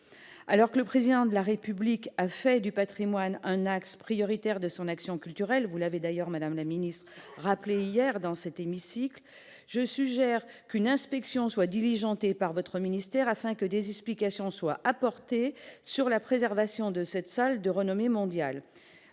alors que le président de la République a fait du Patrimoine, un axe prioritaire de son action culturelle, vous l'avez d'ailleurs, Madame la Ministre rappeler hier dans cet hémicycle, je suggère qu'une inspection soit diligentée par votre ministère afin que des explications soient apportées sur la préservation de cette salle de renommée mondiale,